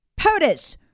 POTUS